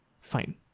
fine